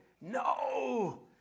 No